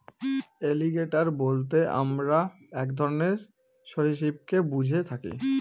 alligator বলতে আমরা এক ধরনের সরীসৃপকে বুঝে থাকি